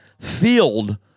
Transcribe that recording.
filled